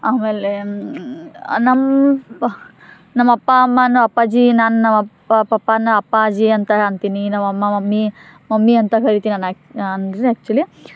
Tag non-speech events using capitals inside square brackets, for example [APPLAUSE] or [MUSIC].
ಆಮೇಲೆ ನಮ್ಮ ಅಪ್ಪ ನಮ್ಮ ಅಪ್ಪ ಅಮ್ಮನೂ ಅಪ್ಪಾಜಿ ನಾನು ನಮ್ಮ ಅಪ್ಪ ಪಪ್ಪನ ಅಪ್ಪಾಜಿ ಅಂತ ಅಂತೀನಿ ನಮ್ಮ ಅಮ್ಮ ಮಮ್ಮಿ ಮಮ್ಮಿ ಅಂತ ಕರಿತೀನಿ ನಾನು ಆಕ್ಚ್ ನಾನು [UNINTELLIGIBLE] ಆಕ್ಚುಲಿ